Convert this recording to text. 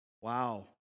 Wow